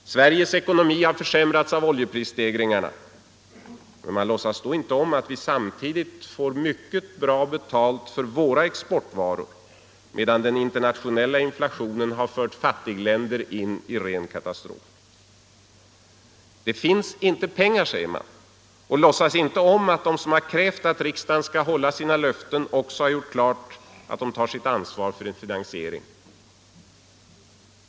— Sveriges ekonomi har försämrats av oljeprisstegringarna, säger man, men man låtsas då inte om att vi samtidigt får mycket bra betalt för våra exportvaror, medan den internationella inflationen har fört fattigländer in i ren katastrof. —- Det finns inte pengar, säger man, och låtsas inte om att de som har krävt att riksdagen skall hålla sina löften också har gjort klart att de tar sitt ansvar för en finansiering.